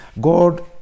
God